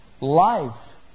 life